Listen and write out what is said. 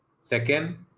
Second